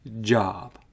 job